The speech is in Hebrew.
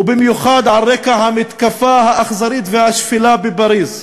ובמיוחד על רקע המתקפה האכזרית והשפלה בפריז.